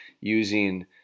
using